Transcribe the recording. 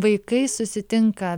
vaikai susitinka